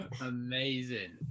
Amazing